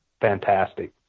fantastic